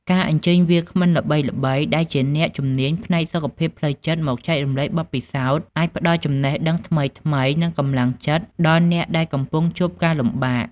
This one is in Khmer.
ការអញ្ជើញវាគ្មិនល្បីៗដែលជាអ្នកជំនាញផ្នែកសុខភាពផ្លូវចិត្តមកចែករំលែកបទពិសោធន៍អាចផ្ដល់ចំណេះដឹងថ្មីៗនិងកម្លាំងចិត្តដល់អ្នកដែលកំពុងជួបការលំបាក។